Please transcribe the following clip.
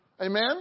Amen